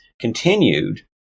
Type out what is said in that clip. continued